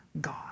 God